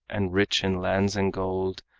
and rich in lands and gold,